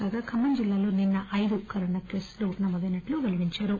కాగా ఖమ్మం జిల్లాలో నిన్న అయిదు కొవిడ్ కేసులు నమోదైనట్లు పెల్లడించారు